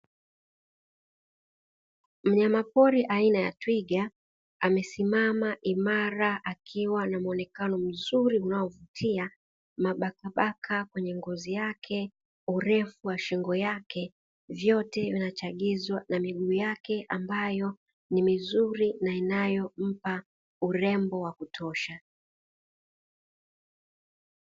Mnyama pori aina ya twiga amesimama imara akiwa na muonekano mzuri unaovutia, mabaka baka kwenye ngozi yake, urefu wa shingo yake vyote vinachangizwa na miguu yake ambayo ni mizuri inayompa urembo wa kutosha.